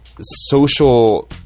social